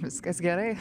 viskas gerai